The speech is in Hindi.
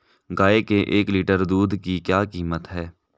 गाय के एक लीटर दूध की क्या कीमत है?